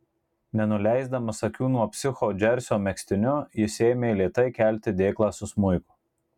nenuleisdamas akių nuo psicho džersio megztiniu jis ėmė lėtai kelti dėklą su smuiku